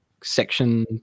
section